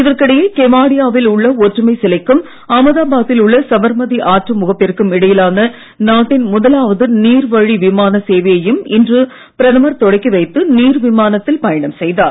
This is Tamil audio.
இதற்கிடையே கெவாடியாவில் உள்ள ஒற்றுமை சிலைக்கும் அகமதாபாத்தில் உள்ள சபர்மதி ஆற்று முகப்பிற்கும் இடையிலான நாட்டின் முதலாவது நீர் விமான சேவையையும் இன்று பிரதமர் தொடக்கி வைத்து நீர் விமானத்தில் பயணம் செய்தார்